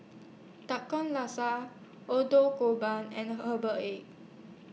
Laksa Adoo and Herbal Egg